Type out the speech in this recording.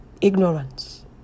Ignorance